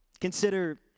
Consider